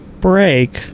break